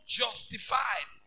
justified